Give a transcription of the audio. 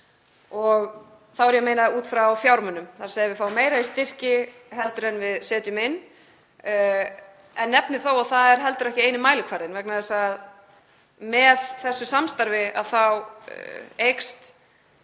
þá er ég að meina út frá fjármunum. Við fáum meira í styrki heldur en við setjum inn. Ég nefni þó að það er ekki eini mælikvarðinn vegna þess að með þessu samstarfi þá eykst